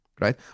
right